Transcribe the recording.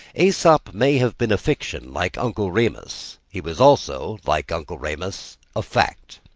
aesop may have been a fiction like uncle remus he was also, like uncle remus, a fact.